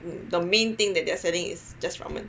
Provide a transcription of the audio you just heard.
the main thing that they are selling is just ramen